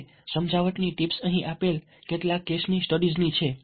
હવે સમજાવટની ટીપ્સ અહીં આપેલા કેટલાક કેસ સ્ટડીઝ ની છે